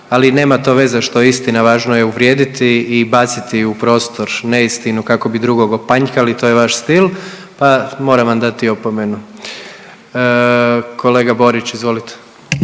ali nema to veze što je istina, važno je uvrijediti i baciti u prostor neistinu kako bi drugog opanjkali i to je vaš stil, pa moram vam dati opomenu. Kolega Borić izvolite.